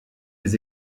les